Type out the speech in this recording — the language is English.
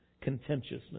contentiousness